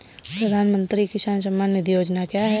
प्रधानमंत्री किसान सम्मान निधि योजना क्या है?